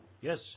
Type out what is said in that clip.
Yes